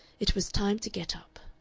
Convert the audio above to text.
it was time to get up.